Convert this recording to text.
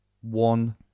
one